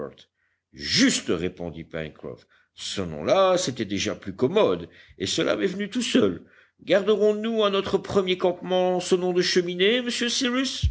juste répondit pencroff ce nom-là c'était déjà plus commode et cela m'est venu tout seul garderons nous à notre premier campement ce nom de cheminées monsieur